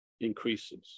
increases